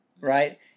right